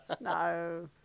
No